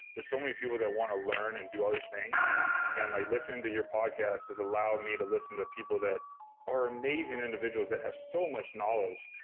there's so many people that want to learn and do all these things and like listening to your podcast has allowed me to listen to people that are amazing individuals, that have so much knowledge.